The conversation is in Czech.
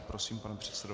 Prosím, pane předsedo.